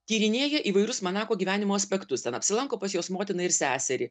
tyrinėja įvairius manako gyvenimo aspektus ten apsilanko pas jos motiną ir seserį